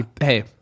Hey